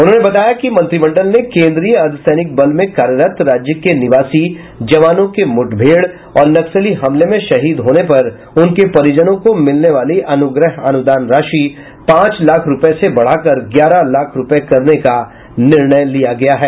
उन्होंने बताया कि मंत्रिमंडल ने केंद्रीय अर्द्धसैनिक बल में कार्यरत राज्य के निवासी जवानों के मुठभेड़ और नक्सली हमले में शहीद होने पर उनके परिजनों को मिलने वाली अनुग्रह अनुदान राशि पांच लाख रुपये से बढ़ाकर ग्यारह लाख रुपये करने का निर्णय लिया है